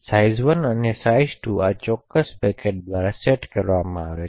size1 અને size2 આ ચોક્કસ પેકેટ્સ દ્વારા સેટ કરવામાં આવે છે